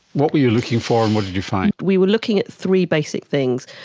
what were you looking for and what did you find? we were looking at three basic things.